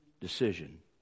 decision